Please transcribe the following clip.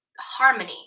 harmony